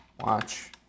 watch